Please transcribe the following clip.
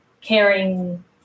caring